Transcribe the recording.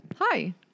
Hi